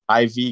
iv